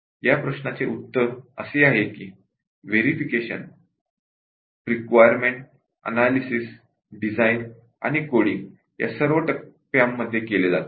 या प्रश्नाचे उत्तर असे आहे की वेरिफिकेशन रिक्वायरमेंट एनालिसिस डिझाइन आणि कोडिंग या सर्व टप्प्यामध्ये केले जाते